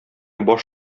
баш